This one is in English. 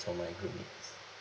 or my group mates